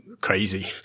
Crazy